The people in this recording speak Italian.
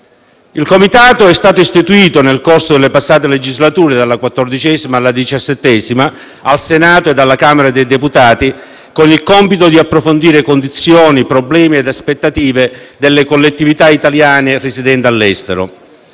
Il Comitato è stato istituito nel corso delle passate legislature, dalla XIV alla XVII, al Senato e alla Camera dei deputati, con il compito di approfondire condizioni, problemi e aspettative delle collettività italiane residenti all'estero.